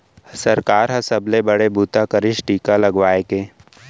सरकार ह सबले बड़े बूता करिस टीका लगवाए के